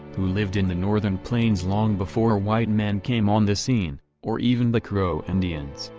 who lived in the northern plains long before white men came on the scene, or even the crow indians,